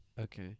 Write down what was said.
Okay